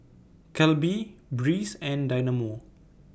Calbee Breeze and Dynamo